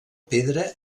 pedra